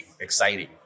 exciting